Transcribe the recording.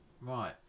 Right